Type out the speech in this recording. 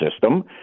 system